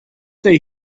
day